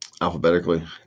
alphabetically